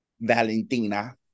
valentina